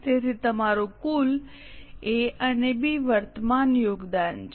સ્લાઇડનો સંદર્ભ લો 1800 તેથી તમારું કુલ A અને B વર્તમાન યોગદાન છે